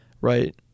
right